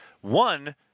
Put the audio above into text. One